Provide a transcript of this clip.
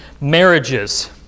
marriages